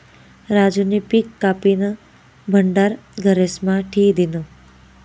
राजूनी पिक कापीन भंडार घरेस्मा ठी दिन्हं